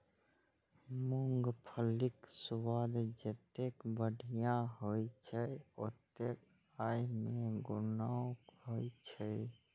मूंगफलीक स्वाद जतेक बढ़िया होइ छै, ओतबे अय मे गुणो होइ छै